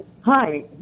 Hi